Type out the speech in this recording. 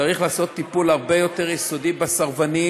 צריך לעשות טיפול הרבה יותר יסודי בסרבנים,